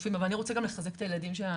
צופים בו אבל אני רוצה גם לחזק את הילדים שלנו.